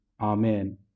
Amen